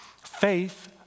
Faith